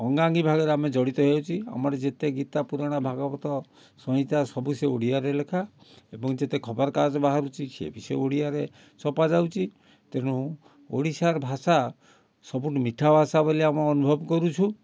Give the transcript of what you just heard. ଅଙ୍ଗାଅଙ୍ଗୀ ଭାବରେ ଆମେ ଜଡ଼ିତ ହେଇଛି ଆମର ଯେତେ ଗୀତା ପୁରାଣ ଭାଗବତ ସଇଁତା ସବୁ ଓଡ଼ିଆରେ ଲେଖା ଏବଂ ଯେତେ ଖବରକାଗଜ ବାହାରୁଛି ସେ ବି ସେ ଓଡ଼ିଆରେ ଛପା ଯାଉଛି ତେଣୁ ଓଡ଼ିଶାର ଭାଷା ସବୁଠୁ ମିଠା ଭାଷା ବୋଲି ଆମେ ଅନୁଭବ କରୁଛୁ